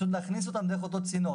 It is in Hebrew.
פשוט להכניס אותן דרך אותו צינור.